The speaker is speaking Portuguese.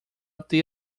obter